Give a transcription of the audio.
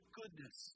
goodness